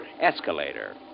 Escalator